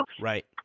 Right